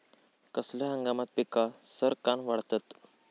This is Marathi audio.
खयल्या हंगामात पीका सरक्कान वाढतत?